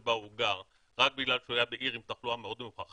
שבה הוא גר רק בגלל שהוא היה בעיר עם תחלואה מאוד נמוכה,